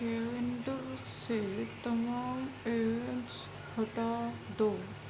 calendar سے تمام events ہٹا دو